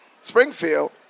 Springfield